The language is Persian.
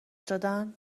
دادن